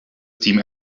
steam